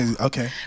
okay